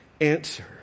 answer